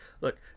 look